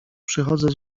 przychodzę